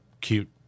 cute